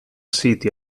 siti